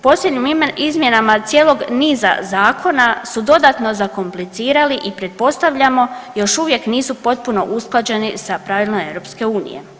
Posljednjim izmjenama cijelog niza Zakona su dodatno zakomplicirali i pretpostavljamo još uvijek nisu potpuno usklađeni sa pravilima Europske unije.